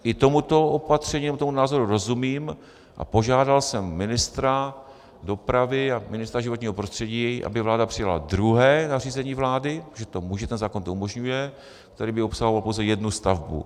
I tomuto opatření nebo tomu názoru rozumím a požádal jsem ministra dopravy a ministra životního prostředí, aby vláda přijala druhé nařízení vlády, protože to může, ten zákon to umožňuje, který by obsahoval pouze jednu stavbu.